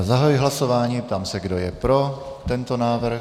Zahajuji hlasování a ptám se, kdo je pro tento návrh.